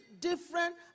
different